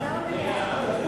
ועדה או מליאה?